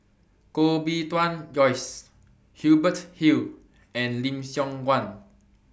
Koh Bee Tuan Joyce Hubert Hill and Lim Siong Guan